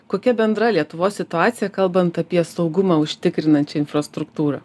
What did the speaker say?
kokia bendra lietuvos situacija kalbant apie saugumą užtikrinančią infrastruktūrą